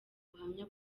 ubuhamya